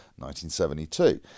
1972